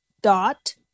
dot